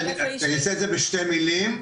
אני אעשה את זה בשתי מילים,